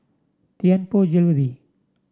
Tianpo Jewellery